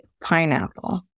Pineapple